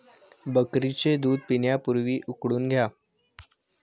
बकरीचे दूध पिण्यापूर्वी उकळून घ्या